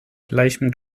gleichem